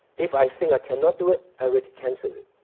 if i think i cannot do it i already cancel it.